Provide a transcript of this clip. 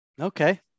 okay